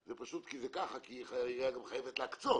זה ככה כי היא חייבת להקצות.